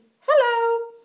Hello